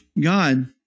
God